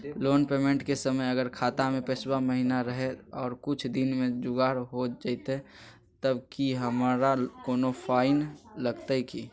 Loan payment के समय अगर खाता में पैसा महिना रहै और कुछ दिन में जुगाड़ हो जयतय तब की हमारा कोनो फाइन लगतय की?